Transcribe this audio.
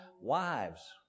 Wives